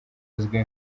uzwi